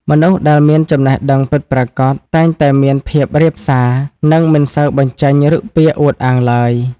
មនុស្សដែលមានចំណេះដឹងពិតប្រាកដ តែងតែមានភាពរាបសារ និងមិនសូវបញ្ចេញឫកពាអួតអាងឡើយ។